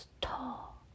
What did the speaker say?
tall